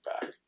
back